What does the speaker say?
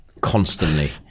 constantly